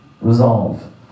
resolve